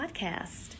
Podcast